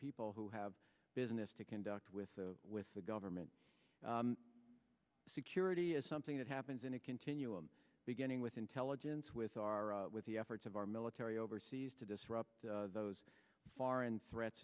people who have business to conduct with the with the government security is something that happens in a continuum beginning with intelligence with our with the efforts of our military overseas to disrupt those foreign threats